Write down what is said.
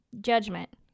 Judgment